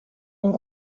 ont